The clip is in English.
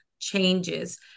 changes